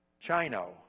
Chino